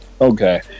Okay